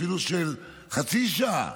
אפילו של חצי שעה.